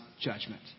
judgment